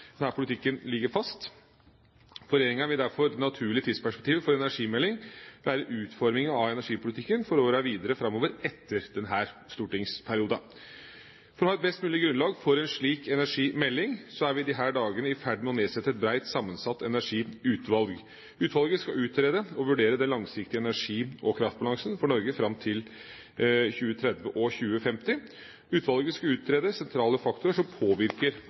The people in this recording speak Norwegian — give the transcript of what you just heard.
den forbindelse understreke at regjeringa gjennom sin politiske plattform for perioden 2009–2013 har trukket opp en helhetlig politikk for denne stortingsperioden. Denne politikken ligger fast. For regjeringa vil derfor det naturlige tidsperspektivet for en energimelding være utformingen av energipolitikken for årene videre framover etter denne stortingsperioden. For å ha et best mulig grunnlag for en slik energimelding er vi i disse dager i ferd med å nedsette et bredt sammensatt energiutvalg. Utvalget skal utrede og vurdere den langsiktige energi- og kraftbalansen for Norge fram til